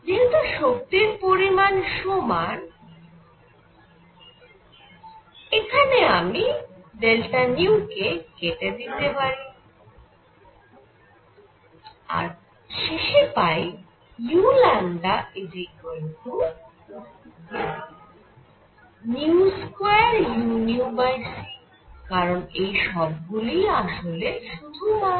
যেহেতু শক্তির পরিমাণ সমান এখানে আমি কে কেটে দিতে পারি আর শেষে পাই u2uc কারণ এই সব গুলিই আসলে শুধু মান